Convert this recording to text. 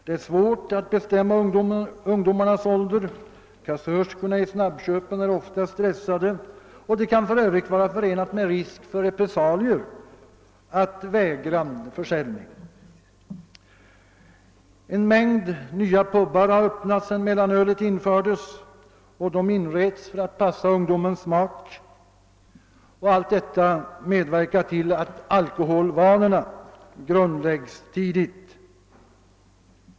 Det är svårt att bedöma ungdomarnas ålder, kassörskorna i snabbköpen är ofta stressade och det kan för övrigt vara förenat med risk för repressalier att vägra försäljning. En mängd nya pubar har öppnats sedan mellanölet infördes, och de inreds för att passa ungdomens smak. Allt detta medverkar till att alkoholvanorna grundläggs tidigt.